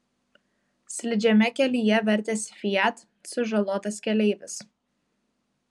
slidžiame kelyje vertėsi fiat sužalotas keleivis